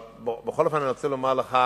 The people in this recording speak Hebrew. בכל אופן, אני רוצה לומר לך